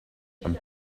and